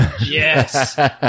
yes